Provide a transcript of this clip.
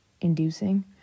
inducing